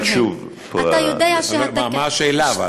אבל שוב אבל מה השאלה?